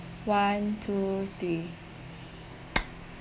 one two three